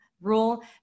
rule